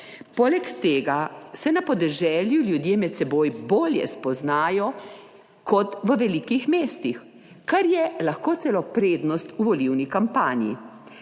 Poleg tega se na podeželju ljudje med seboj bolje spoznajo kot v velikih mestih, kar je lahko celo prednost v volilni kampanji.